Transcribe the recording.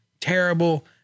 terrible